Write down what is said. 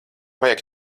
vajag